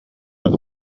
эрэ